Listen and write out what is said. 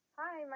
hi